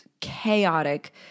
chaotic